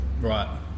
Right